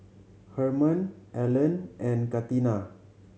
Hermon Elon and Katina